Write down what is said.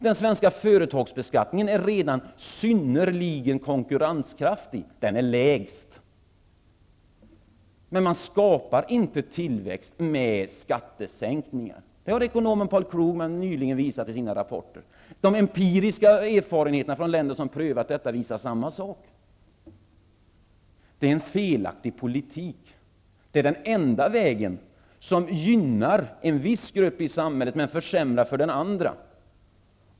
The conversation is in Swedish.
Den svenska företagsbeskattningen är redan synnerligen konkurrenskraftig. Den är lägst. Man skapar inte tillväxt med skattesänkningar. Det har ekonomen Paul Krugman nyligen visat i sina rapporter. De empiriska erfarenheterna från länder som har prövat detta visar samma sak. Det är en felaktig politik. Det är den enda väg som gynnar en viss grupp i samhället och försämrar för andra.